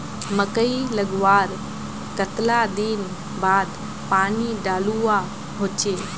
मकई लगवार कतला दिन बाद पानी डालुवा होचे?